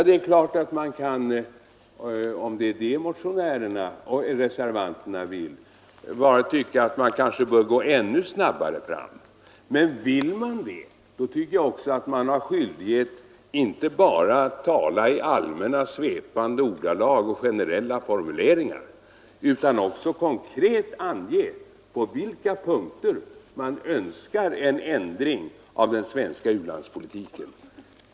Det är klart att man, som tydligen motionärerna och reservanterna gör, kan tycka att man bör gå ännu snabbare fram. Men vill man det, då tycker jag också att man har skyldighet att inte bara tala i allmänna, svepande ordalag och generella formuleringar utan också konkret ange på vilka punkter man önskar en ändring av den svenska u-landspolitiken.